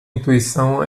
intuição